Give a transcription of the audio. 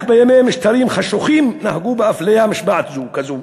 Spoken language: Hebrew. רק בימי משטרים חשוכים נהגו באפליה מושבעת כזאת.